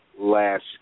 last